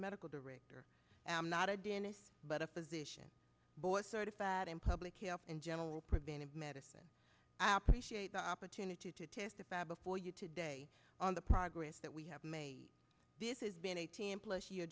medical director am not a dentist but a physician board certified in public health and general preventive medicine i appreciate the opportunity to testify before you today on the progress that we have made this has been a team plus your